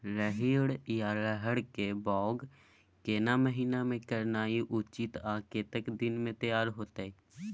रहरि या रहर के बौग केना महीना में करनाई उचित आ कतेक दिन में तैयार होतय?